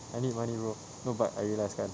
I need money bro no but I realise kan